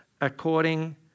according